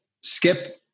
skip